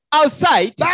outside